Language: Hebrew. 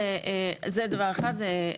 זה דבר אחד.